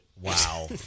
Wow